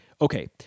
Okay